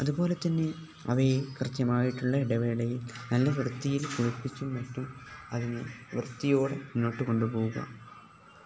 അതുപോലെ തന്നെ അവയെ കൃത്യമായിട്ടുള്ള ഇടവേളയിൽ നല്ല വൃത്തിയിൽ കുളിപ്പിച്ചും മറ്റും അതിനെ വൃത്തിയോടെ മുന്നോട്ടു കൊണ്ടു പോകുക